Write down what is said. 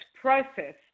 process